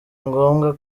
ngombwa